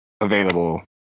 available